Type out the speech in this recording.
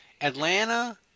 atlanta